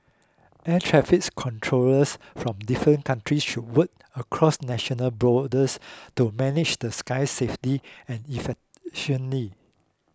air traffic controllers from different countries should work across national borders to manage the skies safely and efficiently